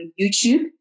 YouTube